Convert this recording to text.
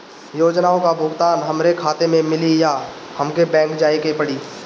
योजनाओ का भुगतान हमरे खाता में मिली या हमके बैंक जाये के पड़ी?